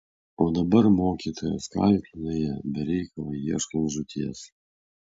o dabar mokytojas kaltino ją be reikalo ieškant žūties